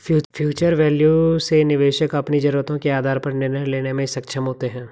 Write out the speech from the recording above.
future value से निवेशक अपनी जरूरतों के आधार पर निर्णय लेने में सक्षम होते हैं